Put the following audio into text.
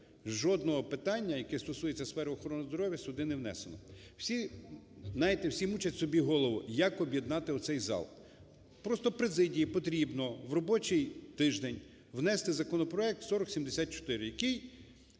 жодного питання, яке стосується сфери охоронного здоров'я сюди не внесено. Знаєте, всі мучать собі голову, як об'єднати оцей зал. Просто президії потрібно в робочій тиждень внести законопроект 4074, який